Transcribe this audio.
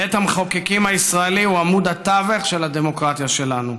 בית המחוקקים הישראלי הוא עמוד התווך של הדמוקרטיה שלנו.